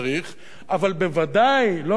אבל בוודאי לא מקובל,